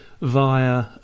via